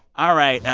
all right.